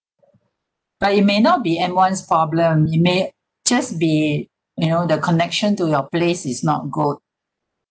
but it may not be m one's problem it may just be you know the connection to your place is not good